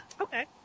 Okay